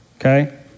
okay